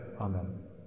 Amen